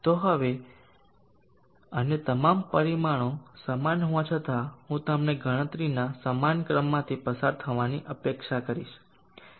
તો હવે અન્ય તમામ પરિમાણો સમાન હોવા છતાં હું તમને ગણતરીના સમાન ક્રમમાંથી પસાર થવાની અપેક્ષા કરીશ